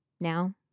Now